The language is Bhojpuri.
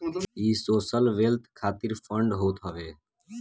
इ सोशल वेल्थ खातिर फंड होत हवे